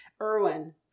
Erwin